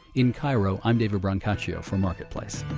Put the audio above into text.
in cairo, i'm david brancaccio for marketplace